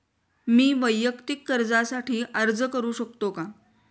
मी वैयक्तिक कर्जासाठी अर्ज करू शकतो का?